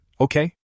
okay